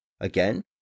Again